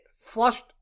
flushed